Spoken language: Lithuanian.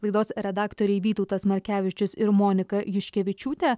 laidos redaktoriai vytautas markevičius ir monika juškevičiūtė